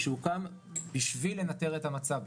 שהוקם בשביל לנטר את המצב,